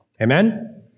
Amen